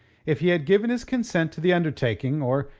if he had given his consent to the undertaking, or,